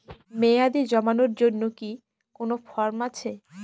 মেয়াদী জমানোর জন্য কি কোন ফর্ম আছে?